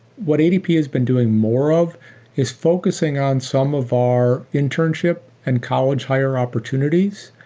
what adp has been doing more of is focusing on some of our internship and college hire opportunities.